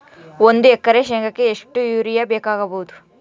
ಒಂದು ಎಕರೆ ಶೆಂಗಕ್ಕೆ ಎಷ್ಟು ಯೂರಿಯಾ ಬೇಕಾಗಬಹುದು?